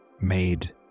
made